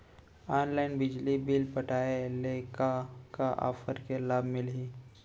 Online बिजली bill पटाय ले का का ऑफ़र के लाभ मिलही?